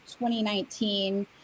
2019